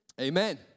amen